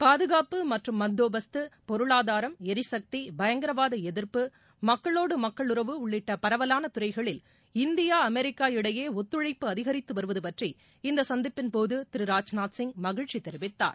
பாதுகாப்பு மற்றும் பந்தோபஸ்து பொருளாதூரம் எரிசக்தி பயங்கரவாத எதிர்ப்டு மக்களோடு மக்கள் உறவு உள்ளிட்ட பரவலான துறைகளில் இந்தியா அமெரிக்கா இடையே ஒத்துழைப்பு அதிகரித்து வருவது பற்றி இந்த சந்திப்பின்போது திரு ராஜ்நாத் சிங் மகிழ்ச்சி தெரிவித்தார்